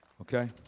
Okay